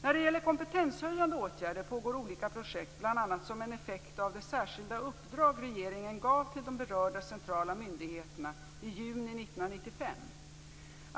När det gäller kompetenshöjande åtgärder pågår olika projekt bl.a. som en effekt av det särskilda uppdrag regeringen gav till de berörda centrala myndigheterna i juni 1995.